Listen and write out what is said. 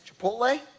Chipotle